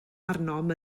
arnom